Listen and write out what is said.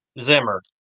Zimmer